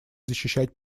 защищать